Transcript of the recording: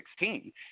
2016